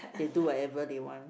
they do whatever they want